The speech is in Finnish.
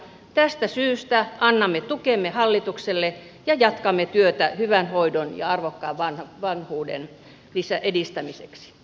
tästä syystä annamme tukemme hallitukselle ja jatkamme työtä hyvän hoidon ja arvokkaan vanhuuden edistämiseksi